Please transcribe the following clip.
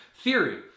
theory